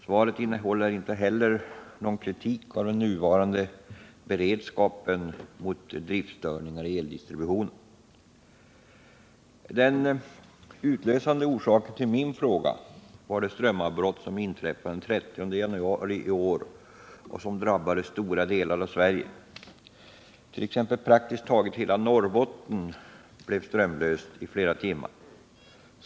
Svaret innehåller inte heller någon kritik av den nuvarande beredskapen mot driftstörningar i eldistributionen. Den utlösande anledningen till min fråga var det strömavbrott som inträffade den 13 januari i år och som drabbade stora delar av Sverige. Så 1. ex. Nr 94 blev hela Norrbotten strömlöst i flera timmar.